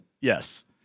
yes